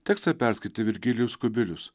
tekstą perskaitė virgilijus kubilius